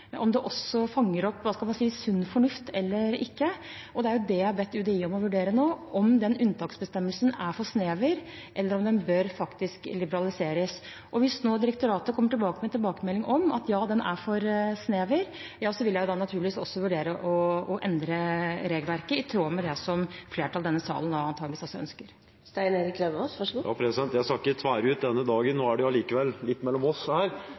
også fanger opp – hva skal man si – sunn fornuft eller ikke. Det er det jeg har bedt UDI om å vurdere nå, om den unntaksbestemmelsen er for snever, eller om den faktisk bør liberaliseres. Og hvis direktoratet nå kommer med tilbakemelding om at den er for snever, vil jeg naturligvis også vurdere å endre regelverket i tråd med det som flertallet i denne salen antageligvis også ønsker. Jeg skal ikke tvære ut denne dagen, og nå blir det likevel mellom oss her,